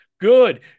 Good